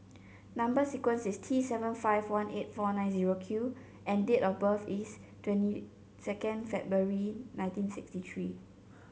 number sequence is T seven five one eight four nine zero Q and date of birth is twenty second February nineteen sixty three